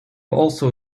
also